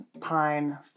pine